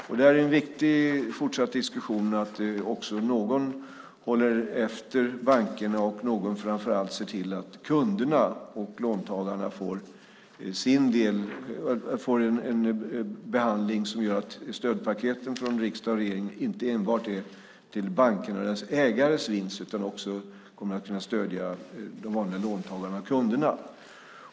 Där är det viktigt med en fortsatt diskussion om att någon håller efter bankerna och att någon framför allt ser till att kunderna och låntagarna får en behandling som gör att stödpaketen från riksdag och regering inte innebär vinst enbart för bankernas ägare utan även kommer att kunna stödja de vanliga låntagarna och kunderna.